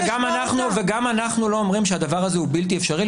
וגם אנחנו לא אומרים שהדבר הזה הוא בלתי אפשרי,